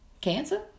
cancer